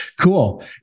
Cool